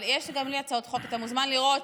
אבל יש גם לי הצעות חוק, אתה מוזמן לראות